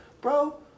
Bro